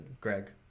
Greg